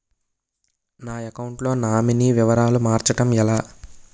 నా అకౌంట్ లో నామినీ వివరాలు మార్చటం ఎలా?